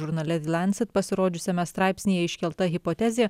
žurnale the lancet pasirodžiusiame straipsnyje iškelta hipotezė